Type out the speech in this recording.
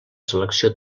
selecció